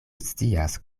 scias